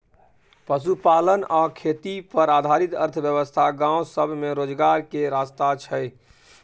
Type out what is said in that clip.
पशुपालन आ खेती पर आधारित अर्थव्यवस्था गाँव सब में रोजगार के रास्ता छइ